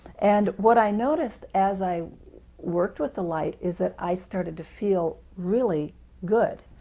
and what i noticed as i worked with the light, is that i started to feel really good,